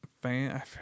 fan